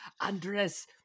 Andres